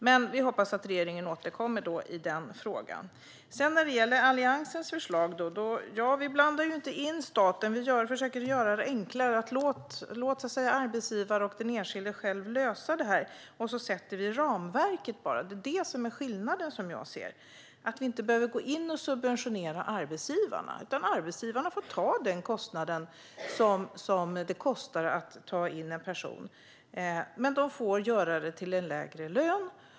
Men vi hoppas att regeringen återkommer i den frågan. Sedan var det frågan om Alliansens förslag. Vi blandar inte in staten, utan vi försöker göra det enklare: Låt arbetsgivare och den enskilde själva lösa situationen, och vi sätter endast ramverket. Det är skillnaden. Vi behöver inte subventionera arbetsgivarna. De får ta den kostnad det innebär att ta in en person, men denne får arbeta till en lägre lön.